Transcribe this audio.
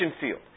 field